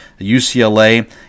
UCLA